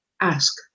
ask